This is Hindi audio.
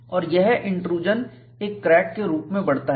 और यह इंट्रूजन एक क्रैक के रूप में बढ़ते हैं